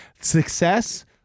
Success